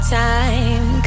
time